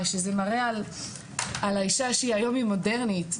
זה מראה על האישה שהיום היא מודרנית,